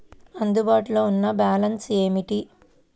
అందుబాటులో ఉన్న బ్యాలన్స్ ఏమిటీ?